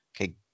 Okay